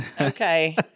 Okay